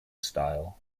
style